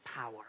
power